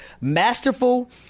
Masterful